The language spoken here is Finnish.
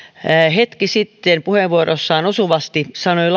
hetki sitten puheenvuorossaan osuvasti sanoi